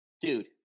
dude